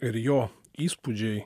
ir jo įspūdžiai